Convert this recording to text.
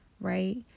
Right